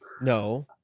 No